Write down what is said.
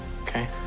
Okay